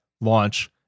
Launch